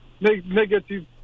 negative